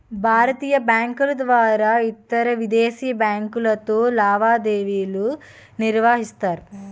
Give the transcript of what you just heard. భారతీయ బ్యాంకుల ద్వారా ఇతరవిదేశీ బ్యాంకులతో లావాదేవీలు నిర్వహిస్తారు